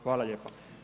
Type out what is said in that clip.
Hvala lijepa.